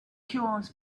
cures